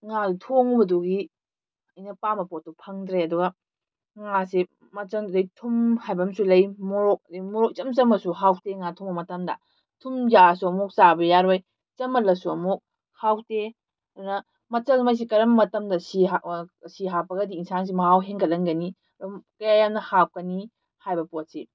ꯉꯥꯗꯣ ꯊꯣꯡꯕꯗꯨꯒꯤ ꯑꯩꯅ ꯄꯥꯝꯕ ꯄꯣꯠꯇꯨ ꯐꯪꯗ꯭ꯔꯦ ꯑꯗꯨꯒ ꯉꯥꯁꯦ ꯃꯆꯪꯗꯨꯗꯩ ꯊꯨꯝ ꯍꯥꯏꯕ ꯑꯃꯁꯨ ꯂꯩ ꯃꯣꯔꯣꯛ ꯑꯗꯩ ꯃꯣꯔꯣꯛ ꯏꯆꯝ ꯆꯝꯃꯁꯨ ꯍꯥꯎꯇꯦ ꯉꯥ ꯊꯣꯡꯕ ꯃꯇꯝꯗ ꯊꯨꯝ ꯌꯥꯛꯑꯁꯨ ꯑꯃꯨꯛ ꯆꯥꯕ ꯌꯥꯔꯣꯏ ꯆꯝꯃꯜꯂꯁꯨ ꯑꯃꯨꯛ ꯍꯥꯎꯇꯦ ꯑꯗꯨꯅ ꯃꯆꯜꯉꯩꯁꯦ ꯀꯔꯝꯕ ꯃꯇꯝꯗ ꯁꯤ ꯁꯤ ꯍꯥꯞꯄꯒꯗꯤ ꯏꯟꯁꯥꯡꯁꯤ ꯃꯍꯥꯎ ꯍꯦꯟꯒꯠꯍꯟꯒꯅꯤ ꯊꯨꯝ ꯀꯌꯥ ꯌꯥꯝꯅ ꯍꯥꯞꯀꯅꯤ ꯍꯥꯏꯕ ꯄꯣꯠꯁꯤ